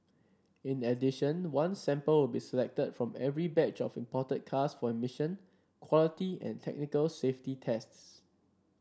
in addition one sample will be selected from every batch of imported cars for emission quality and technical safety tests